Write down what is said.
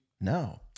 No